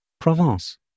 Provence